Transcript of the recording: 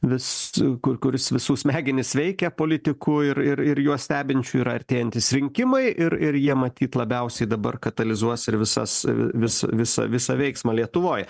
vis ku kuris visų smegenis veikia politikų ir ir ir juos stebinčių ir artėjantys rinkimai ir ir jie matyt labiausiai dabar katalizuos ir visas vis visą visą veiksmą lietuvoj